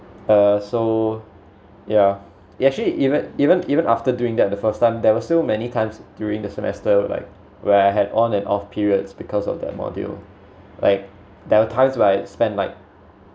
uh so yeah it actually even even even after doing that the first time there were so many times during the semester like where I had on and off periods because of that module like there are times where I spend like